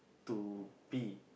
to be